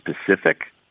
specific